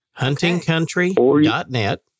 Huntingcountry.net